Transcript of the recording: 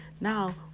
Now